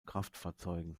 kraftfahrzeugen